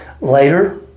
later